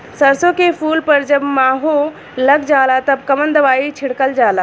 सरसो के फूल पर जब माहो लग जाला तब कवन दवाई छिड़कल जाला?